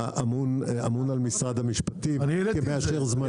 שאמון על משרד המשפטים שמאשר זמנים,